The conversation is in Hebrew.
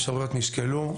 האפשרויות נשקלו,